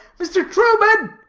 mr. truman!